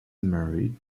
married